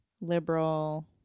liberal